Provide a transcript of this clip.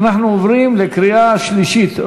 אנחנו עוברים לקריאה שלישית.